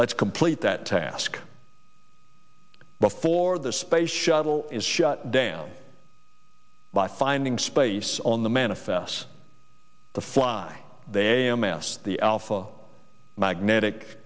let's complete that task before the space shuttle is shut down by finding space on the manifest to fly they amass the alpha magnetic